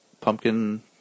pumpkin